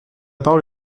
parole